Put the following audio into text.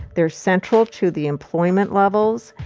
they're central to the employment levels.